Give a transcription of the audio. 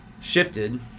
Shifted